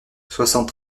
soixante